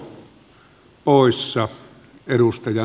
arvoisa puhemies